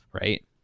right